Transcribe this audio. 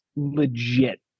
Legit